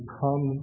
come